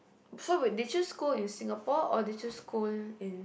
so wait did you school in Singapore or did you school in